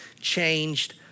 changed